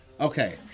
Okay